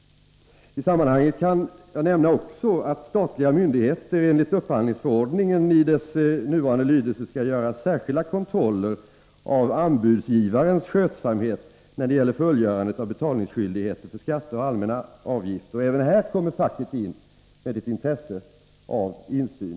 I sammanhanget kan jag också nämna att statliga myndigheter enligt upphandlingsförordningen, i dess nuvarande lydelse, skall göra särskild kontroll av anbudsgivares skötsamhet när det gäller fullgörandet av betalningsskyldigheter beträffande skatt och allmänna avgifter. Även i denna fråga har facket intresse av insyn.